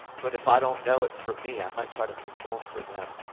but if i don't know it for me, i might try to perform for them.